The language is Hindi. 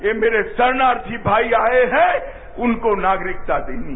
ये मेरे शरणार्थी भाई आएहैं उनको नागरिकता देनी है